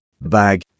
bag